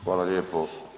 Hvala lijepo.